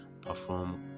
perform